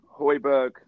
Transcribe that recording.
Hoiberg